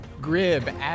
Grib